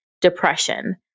depression